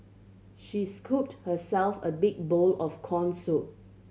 she scooped herself a big bowl of corn soup